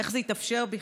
3. איך זה התאפשר בכלל?